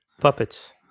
puppets